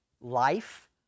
life